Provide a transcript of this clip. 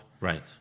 Right